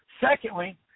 Secondly